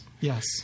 Yes